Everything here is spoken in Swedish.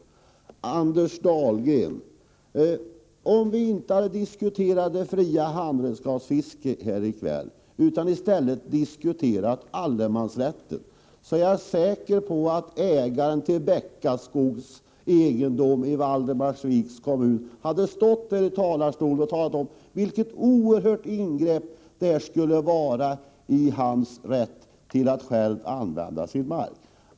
Till Anders Dahlgren: Om vi inte hade diskuterat det fria handredskapsfisket här i kväll utan i stället en utvidgning av allemansrätten, är jag säker på att ägaren till Bäckaskogs egendom i Valdemarsviks kommun hade talat om vilket oerhört ingrepp det skulle vara i hans rätt att själv använda sin mark.